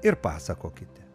ir pasakokite